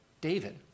David